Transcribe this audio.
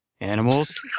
animals